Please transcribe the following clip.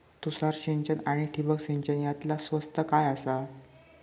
तुषार सिंचन आनी ठिबक सिंचन यातला स्वस्त काय आसा?